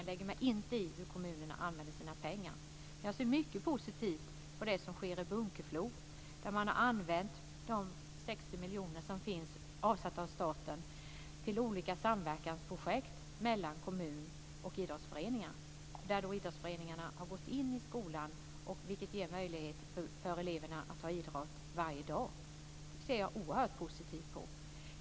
Jag lägger mig alltså inte i hur kommunerna använder sina pengar. Jag ser mycket positivt på det som sker i Bunkeflo, där man har använt de 60 miljoner som är avsatta av staten till olika samverkansprojekt mellan kommun och idrottsföreningar. Där har idrottsföreningarna gått in i skolan, vilket ger möjlighet för eleverna att ha idrott varje dag. Jag ser oerhört positivt på det.